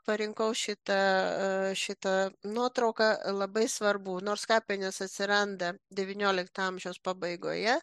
parinkau šitą šitą nuotrauką labai svarbu nors kapinės atsiranda devyniolikto amžiaus pabaigoje